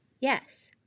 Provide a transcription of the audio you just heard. yes